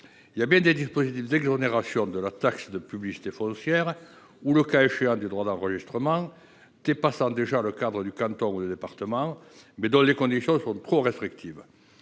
Il existe bien des dispositifs d’exonération de la taxe de publicité foncière ou, le cas échéant, du droit d’enregistrement, dépassant déjà le cadre du canton ou du département, mais les conditions sont trop restrictives